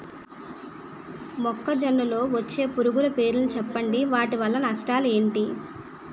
మొక్కజొన్న లో వచ్చే పురుగుల పేర్లను చెప్పండి? వాటి వల్ల నష్టాలు ఎంటి?